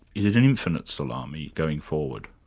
is it an infinite salami going forward?